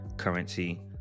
currency